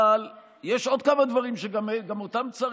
אבל יש עוד כמה דברים שגם אותם צריך.